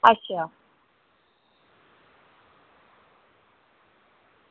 अच्छा